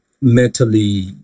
mentally